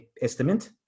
estimate